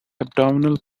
abdominal